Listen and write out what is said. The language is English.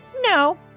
No